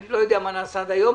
אני לא יודע מה נעשה עד היום.